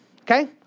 okay